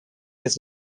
his